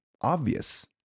obvious